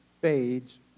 fades